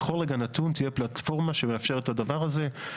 שבכל רגע נתון תהיה פלטפורמה שמאפשרת את הדבר הזה,